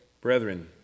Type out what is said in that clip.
Brethren